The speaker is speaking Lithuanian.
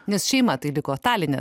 nes šeima tai liko taline